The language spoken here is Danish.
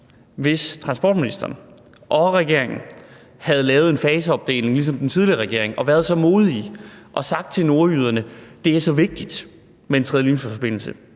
hvis transportministeren og regeringen havde lavet en faseopdeling, ligesom den tidligere regering gjorde, og været så modige og havde sagt til nordjyderne: Det er så vigtigt med en tredje Limfjordsforbindelse.